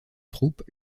troupes